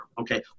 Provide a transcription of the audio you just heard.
okay